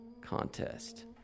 contest